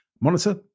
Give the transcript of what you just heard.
monitor